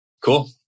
Cool